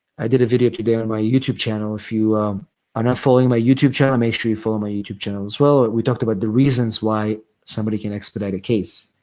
i did a video today on my youtube channel. if you are not following my youtube channel, make sure you follow my youtube channel as well. we talked about the reasons why somebody can expedite a case.